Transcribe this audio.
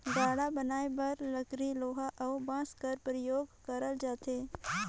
गाड़ा बनाए बर लकरी लोहा अउ बाँस कर परियोग करल जाथे